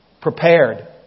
prepared